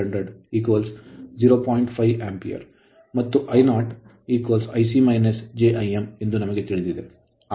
5 Ampere ಮತ್ತು I0 Ic jIm ಎಂದು ನಮಗೆ ತಿಳಿದಿದೆ